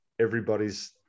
everybody's